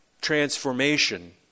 transformation